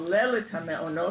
כולל את המעונות,